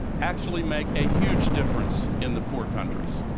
actually make a huge difference in the poor countries.